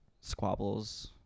squabbles